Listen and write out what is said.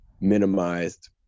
minimized